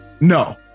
no